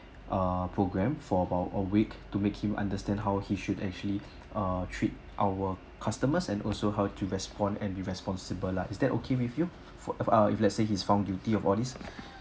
ah programme for about a week to make him understand how he should actually uh treat our customers and also how to respond and be responsible lah is that okay with you for a if let's say he's found guilty of all this